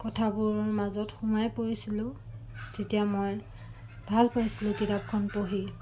কথাবোৰৰ মাজত সোমাই পৰিছিলোঁ তেতিয়া মই ভাল পাইছিলোঁ কিতাপখন পঢ়ি